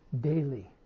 daily